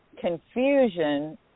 confusion